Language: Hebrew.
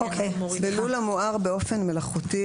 בלול המוער אופן מלאכותי,